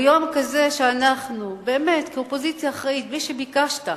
ביום כזה שאנחנו, כאופוזיציה אחראית, בלי שביקשת,